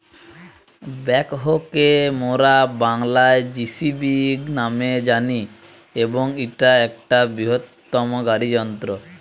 backhoe কে মোরা বাংলায় যেসিবি ন্যামে জানি এবং ইটা একটা বৃহত্তম গাড়ি যন্ত্র